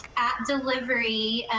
at delivery,